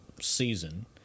season